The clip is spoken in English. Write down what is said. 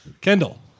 Kendall